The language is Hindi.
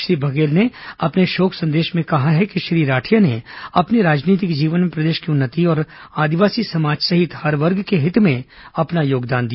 श्री बघेल ने अपने शोक संदेश में कहा है कि श्री राठिया ने अपने राजनीतिक जीवन में प्रदेश की उन्नति और आदिवासी समाज सहित हर वर्ग के हित में अपना योगदान दिया